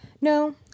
No